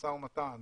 משא ומתן,